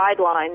guidelines